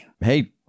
Hey